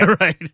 Right